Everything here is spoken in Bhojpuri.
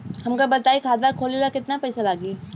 हमका बताई खाता खोले ला केतना पईसा लागी?